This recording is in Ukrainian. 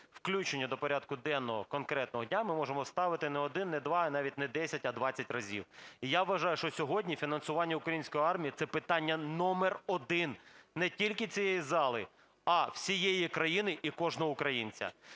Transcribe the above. включення до порядку денного конкретного дня ми можемо ставити не один, не два і навіть не 10, а 20 разів. я вважаю, що сьогодні фінансування української армії – це питання номер один не тільки цієї зали, а всієї країни і кожного українця.